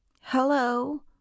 Hello